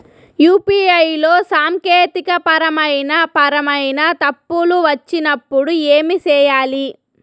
UPI లో సాంకేతికపరమైన పరమైన తప్పులు వచ్చినప్పుడు ఏమి సేయాలి